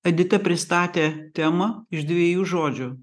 edita pristatė temą iš dviejų žodžių